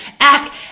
ask